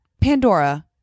Pandora